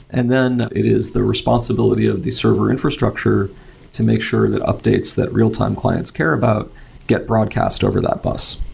and then it is the responsibility of this server infrastructure to make sure that updates that real-time clients care about get broadcast over that bus.